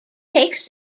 takes